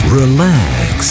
relax